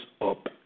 up